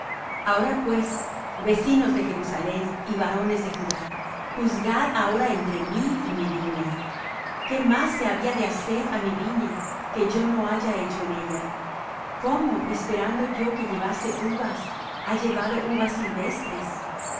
ahora pues vecinos de jerusalem y varones de judá juzgad ahora entre mí y mi viña qué más se había de hacer á mi viña que yo no haya hecho en ella cómo esperando yo que llevase uvas ha llevado uvas silvestres